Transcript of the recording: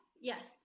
yes